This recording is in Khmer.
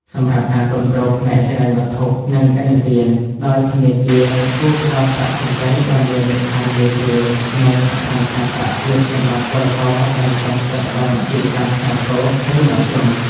សម្រាប់ការគាំទ្រផ្នែកហិរញ្ញវត្ថុ និងឥណទាន ដោយធនាគារ គួរផ្តល់ប្រាក់កម្ចីដែលមានលក្ខខណ្ឌងាយស្រួល និងអត្រាការប្រាក់ទាបសម្រាប់ពលករដែលចង់ចាប់ផ្តើមអាជីវកម្មខ្នាតតូច ឬមធ្យម។